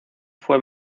fue